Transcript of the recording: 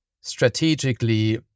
strategically